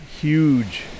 huge